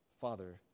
Father